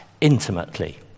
intimately